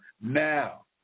now